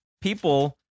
people